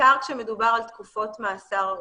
בעיקר כשמדובר על תקופות מאסר ארוכות.